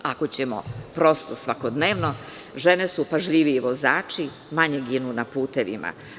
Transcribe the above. Ako ćemo prosto svakodnevno, žene su pažljiviji vozači, manje ginu na putevima.